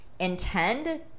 intend